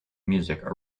music